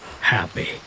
happy